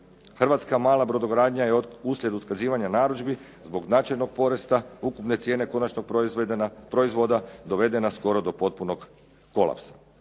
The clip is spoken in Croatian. Hrvatska mala brodogradnja je uslijed otkazivanja narudžbi zbog značajnog porasta ukupne cijene konačnog proizvoda dovedena skoro do potpunog kolapsa.